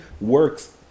works